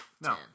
No